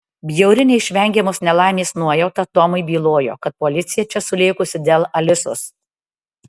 bjauri neišvengiamos nelaimės nuojauta tomui bylojo kad policija čia sulėkusi dėl alisos